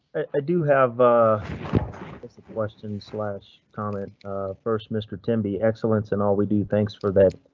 ah do have. ah question slash comment first. mr tim be excellence in all we do. thanks for that.